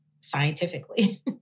scientifically